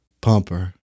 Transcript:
Pumper